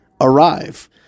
Arrive